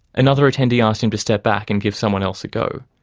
another attendee asked him to step back and give someone else a go.